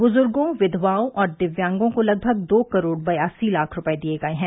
बुजुर्गो विधवाओं और दिव्यांगों को लगभग दो करोड़ बयासी लाख रूपये दिये गये हैं